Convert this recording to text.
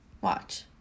Watch